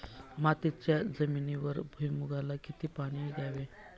मातीच्या जमिनीवर भुईमूगाला किती पाणी द्यावे?